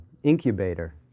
incubator